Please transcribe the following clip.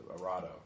Arado